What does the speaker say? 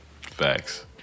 facts